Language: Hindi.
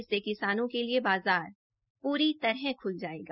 इससे किसानों के लिए बाज़ार पूरी तरह खुल जायेगा